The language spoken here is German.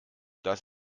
das